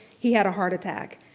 he had a heart attack,